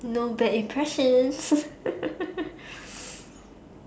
no bad impression